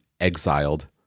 exiled